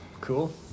Cool